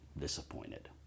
disappointed